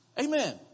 Amen